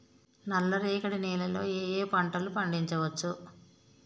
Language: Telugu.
నల్లరేగడి నేల లో ఏ ఏ పంట లు పండించచ్చు?